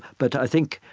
but i think,